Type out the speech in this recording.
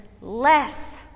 less